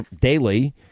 daily